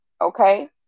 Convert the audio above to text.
Okay